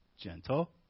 gentle